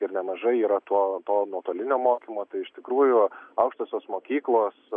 ir nemažai yra to to nuotolinio mokymo iš tikrųjų aukštosios mokyklos